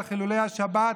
על חילולי השבת,